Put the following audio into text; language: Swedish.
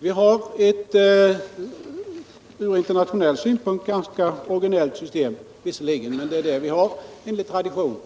Vi har visserligen ett från internationell synpunkt ganska originellt system, men vi har det enligt gammal tradition.